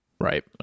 Right